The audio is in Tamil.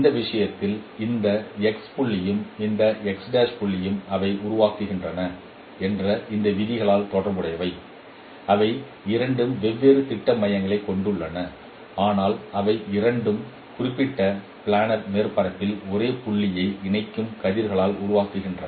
இந்த விஷயத்தில் இந்த புள்ளியும் இந்த புள்ளியும் அவை உருவாகின்றன என்ற இந்த விதியால் தொடர்புடையவை அவை இரண்டு வெவ்வேறு திட்ட மையங்களைக் கொண்டுள்ளன ஆனால் அவை ஒரு குறிப்பிட்ட பிளானர் மேற்பரப்பில் ஒரே புள்ளியை இணைக்கும் கதிர்களால் உருவாகின்றன